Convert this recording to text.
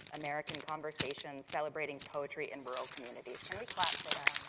american conversations, celebrating poetry in rural communities. can we clap for them?